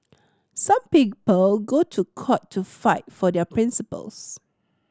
some people go to court to fight for their principles